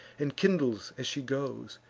and kindles as she goes.